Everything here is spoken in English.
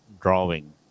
drawing